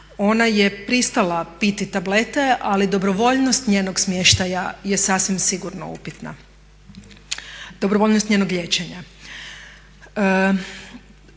Ona je pristala piti tablete ali dobrovoljnost njenog liječenja je sasvim sigurno upitna. Primijećen je